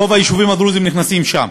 רוב היישובים הדרוזיים נכנסים שם.